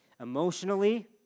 emotionally